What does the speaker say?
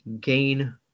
gain